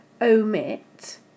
omit